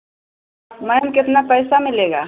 ma'am कितना पैसा मिलेगा